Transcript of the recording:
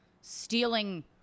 stealing